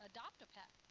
Adopt-a-Pet